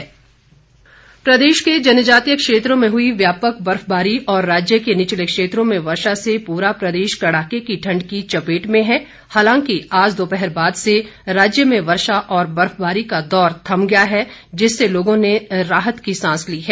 मौसम प्रदेश के जनजातीय क्षेत्रों में हुई व्यापक बर्फबारी और राज्य के निचले क्षेत्रों में वर्षा से पूरा प्रदेश कड़ाके की ठण्ड की चपेट में है हालांकि आज दोपहर बाद से राज्य में वर्षा और बर्फबारी का दौर थम गया है जिससे लोगों ने राहत की सांस ली है